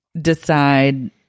decide